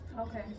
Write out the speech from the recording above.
Okay